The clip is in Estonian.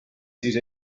siis